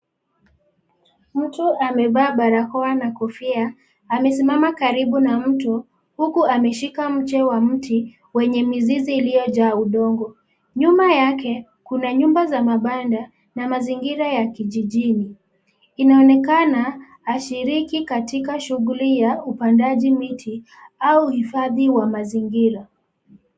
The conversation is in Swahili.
Mtu amevaa barakoa na kofia, amesimama karibu na mto huku ameshika mche wa mti wenye mizizi iliyojaa udongo. Nyuma yake kuna nyumba za mabanda na mazingira ya kijijini. Inaonekana ashiriki katika shughuli ya upandaji miti au uhifadhi wa mazingira.